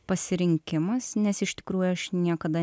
pasirinkimas nes iš tikrųjų aš niekada